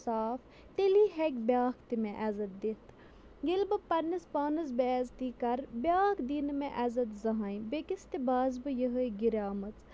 صاف تیٚلی ہیٚکہِ بیٛاکھ تہِ مےٚ عٮزت دِتھ ییٚلہِ بہٕ پَننِس پانَس بے عزتی کرٕ بیٛاکھ دی نہٕ مےٚ عزت زٕہٕنۍ بیٚکِس تہِ باسہٕ بہٕ یِہَے گِریمٕژ